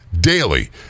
daily